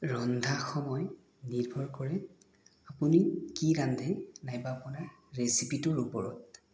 ৰন্ধা সময় নিৰ্ভৰ কৰে আপুনি কি ৰান্ধে নাইবা আপোনাৰ ৰেচিপিটোৰ ওপৰত